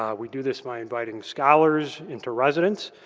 um we do this by inviting scholars into residents,